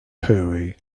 hooey